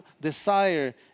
desire